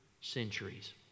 centuries